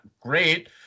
great